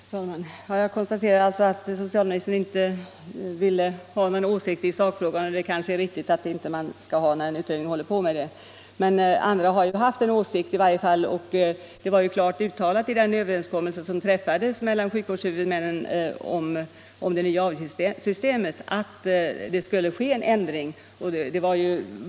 Fru talman! Jag konstaterar alltså att socialministern inte vill uttala någon åsikt i sakfrågan, och det kanske är riktigt att man inte skall göra så länge en utredning pågår. Men andra har ju haft en åsikt och det var klart uttalat i den överenskommelse som träffades mellan sjukvårdshuvudmännen om det nya avgiftssystemet att det skulle ske en ändring.